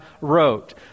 wrote